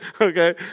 okay